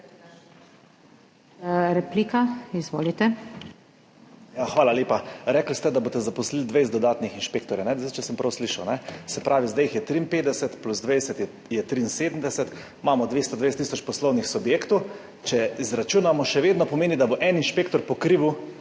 REBERŠEK (PS NSi):** Hvala lepa. Rekli ste, da boste zdaj zaposlili 20 dodatnih inšpektorjev, če sem prav slišal, se pravi, zdaj jih je 53, plus 20 je 73. Imamo 220 tisoč poslovnih subjektov. Če izračunamo, še vedno pomeni, da bo en inšpektor pokrival